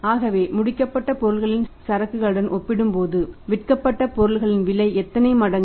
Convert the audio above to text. ஆகவே முடிக்கப்பட்ட பொருட்களின் சரக்குகளுடன் ஒப்பிடும்போது விற்கப்பட்ட பொருட்களின் விலை எத்தனை மடங்கு